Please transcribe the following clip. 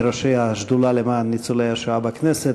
מראשי השדולה למען ניצולי השואה בכנסת,